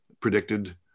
predicted